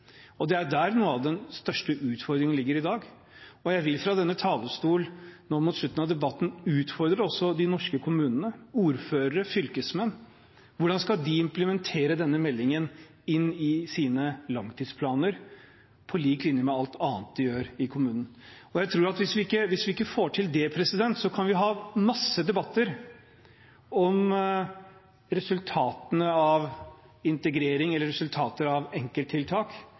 Det er jo der noe av den største utfordringen ligger i dag. Nå mot slutten av debatten vil jeg fra denne talerstol også utfordre de norske kommunene – ordførere og fylkesmenn. Hvordan skal de implementere denne meldingen i sine langtidsplaner på lik linje med alt annet de gjør i kommunen? Jeg tror at hvis vi ikke får til det, kan vi ha mange debatter om resultatene av integrering eller om resultatene av enkelttiltak.